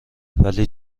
ولی